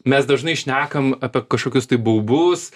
mes dažnai šnekam apie kažkokius baubus